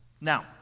Now